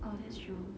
oh that's true